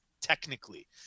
technically